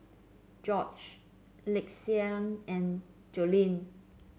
Jorge Lakeshia and Jolene